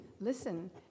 Listen